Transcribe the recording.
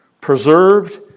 preserved